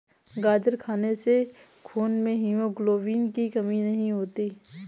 गाजर खाने से खून में हीमोग्लोबिन की कमी नहीं होती